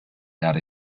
dar